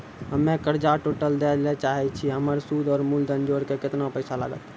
हम्मे कर्जा टोटल दे ला चाहे छी हमर सुद और मूलधन जोर के केतना पैसा लागत?